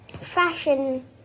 fashion